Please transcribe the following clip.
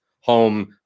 home